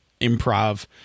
improv